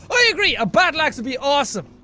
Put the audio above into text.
i agree! a battle ax would be awesome!